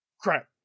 crap